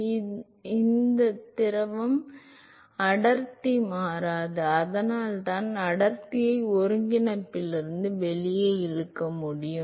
எனவே இது ஒரு அடக்க முடியாத திரவம் ஒரு அடக்க முடியாத திரவம் என்று நான் கருதினால் அடர்த்தி மாறாது அதனால் நான் அடர்த்தியை ஒருங்கிணைப்பிலிருந்து வெளியே இழுக்க முடியும்